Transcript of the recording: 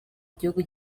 igihugu